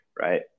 right